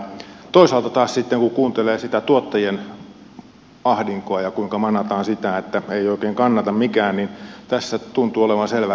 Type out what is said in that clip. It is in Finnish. toisaalta taas sitten kun kuuntelee sitä tuottajien ahdinkoa ja sitä kuinka manataan että ei oikein kannata mikään tässä tuntuu olevan selvä ristiriita